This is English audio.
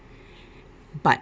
but